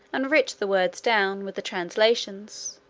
and writ the words down, with the translations.